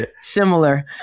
Similar